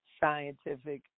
scientific